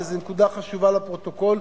וזאת נקודה חשובה לפרוטוקול.